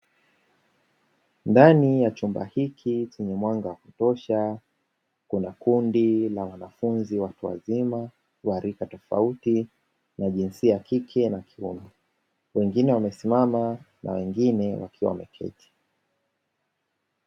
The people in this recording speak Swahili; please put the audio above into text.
Ndani ya chumba hiki chenye mwanga wa kutosha, kuna kundi la wanafunzi watu wazima wa rika tofauti la jinsia kike na kiume. Wengine wamesimama na wengine wakiwa wameketi.